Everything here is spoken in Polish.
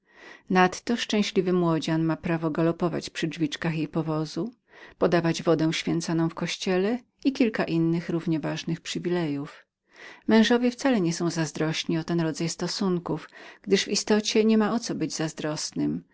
nadto szczęśliwy młodzian ma prawo galopowania przy jej drzwiczkach ofiarowania wody święconej w kościele i kilka innych równie ważnych przywilejów mężowie wcale nie są zazdrośni o ten rodzaj stosunków gdyż w istocie nie ma o co być zazdrosnym